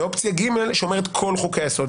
אופציה ג' אומרת כל חוקי היסוד.